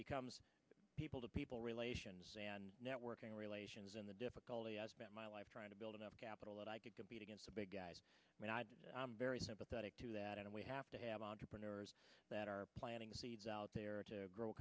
becomes people to people relations and networking relations in the difficult my life trying to build enough capital that i could compete against the big guys i'm very sympathetic to that and we have to have entrepreneurs that are planting the seeds out there to grow